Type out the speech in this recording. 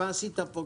מה עשית?